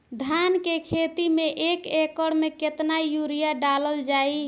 धान के खेती में एक एकड़ में केतना यूरिया डालल जाई?